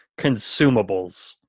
consumables